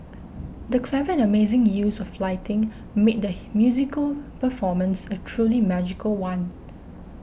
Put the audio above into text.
the clever and amazing use of lighting made the musical performance a truly magical one